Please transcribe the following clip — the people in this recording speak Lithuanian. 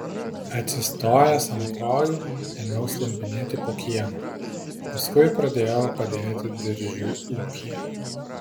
atsistojęs ant kojų ėmiau slampinėti po kiemą paskui pradėjau padėti diržiui ūkyje